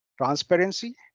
Transparency